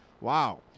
Wow